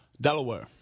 Delaware